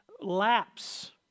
Lapse